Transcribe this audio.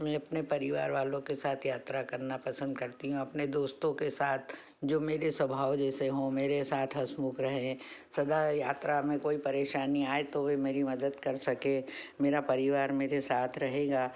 मैं अपने परिवार वालों के साथ यात्रा करना पसंद करती हूँ अपने दोस्तों के साथ जो मेरे स्वभाव जैसे हों मेरे साथ हँसमुख रहें सदा यात्रा में कोई परेशानी आए तो वे मेरी मदद कर सकें मेरा परिवार मेरे साथ रहेगा